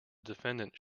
defendant